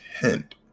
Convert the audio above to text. hint